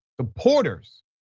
supporters